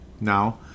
now